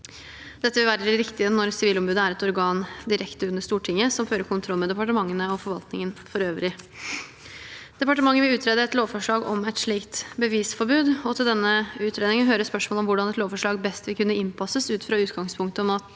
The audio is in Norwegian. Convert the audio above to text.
Dette vil være det riktige når Sivilombudet er et organ direkte under Stortinget, som fører kontroll med departementene og forvaltningen for øvrig. Departementet vil utrede et lovforslag om et slikt bevisforbud. Til denne utredningen hører spørsmålet om hvordan et lovforslag best vil kunne innpasses ut fra utgangspunktet om at